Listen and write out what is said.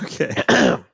Okay